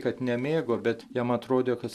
kad nemėgo bet jam atrodė kad